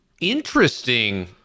Interesting